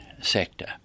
sector